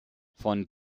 von